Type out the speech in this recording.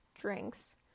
drinks